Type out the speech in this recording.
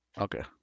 Okay